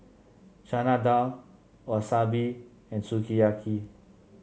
Chana Dal Wasabi and Sukiyaki